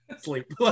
sleep